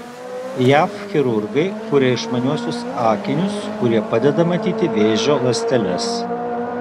jav chirurgai kuria išmaniuosius akinius kurie padeda matyti vėžio ląsteles